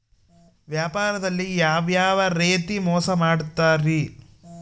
ವ್ಯಾಪಾರದಲ್ಲಿ ಯಾವ್ಯಾವ ರೇತಿ ಮೋಸ ಮಾಡ್ತಾರ್ರಿ?